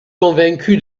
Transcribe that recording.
convaincu